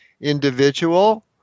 individual